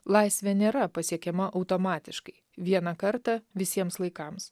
laisvė nėra pasiekiama automatiškai vieną kartą visiems laikams